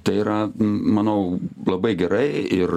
tai yra manau labai gerai ir